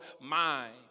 mind